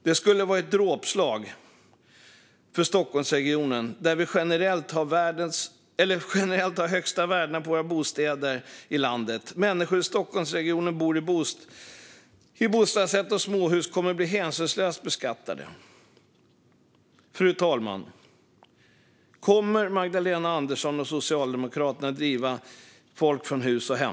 Det skulle vara ett dråpslag för Stockholmsregionen, där vi generellt har de högsta värdena i landet på våra bostäder. Människor i Stockholmsregionen som bor i bostadsrätter och småhus kommer att bli hänsynslöst beskattade. Fru talman! Kommer Magdalena Andersson och Socialdemokraterna att driva folk från hus och hem?